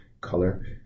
color